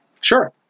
Sure